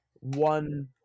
one